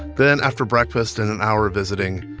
then after breakfast and an hour of visiting,